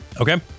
Okay